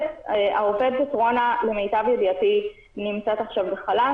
העובדת רונה, למיטב ידיעתי, נמצא עכשיו בחל"ת.